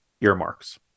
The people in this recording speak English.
earmarks